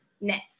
Next